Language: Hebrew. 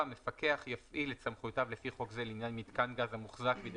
המפקח יפעיל את סמכויותיו לפי חוק זה לעניין מיתקן גז המוחזק בידי